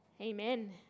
Amen